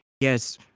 yes